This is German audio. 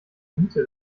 miete